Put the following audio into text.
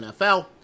NFL